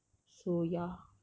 so ya